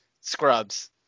scrubs